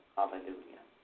Hallelujah